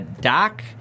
Doc